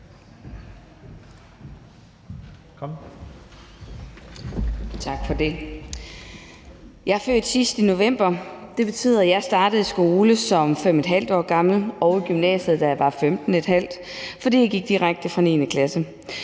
Jeg er født sidst i november. Det betyder, at jeg startede i skole, da jeg var 5½ år gammel, og i gymnasiet, da jeg var 15½ år, fordi jeg gik direkte fra 9. klasse.